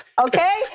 Okay